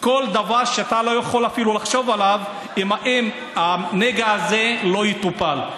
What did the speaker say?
כל דבר שאתה לא יכול אפילו לחשוב עליו אם הנגע הזה לא יטופל.